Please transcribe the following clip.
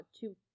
two